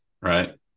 right